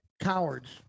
Cowards